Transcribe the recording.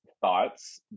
thoughts